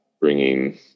bringing